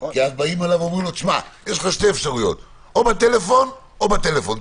כי אז אומרים לו: יש לך שתי אפשרויות או בטלפון או בטלפון,